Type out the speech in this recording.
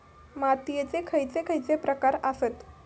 मातीयेचे खैचे खैचे प्रकार आसत?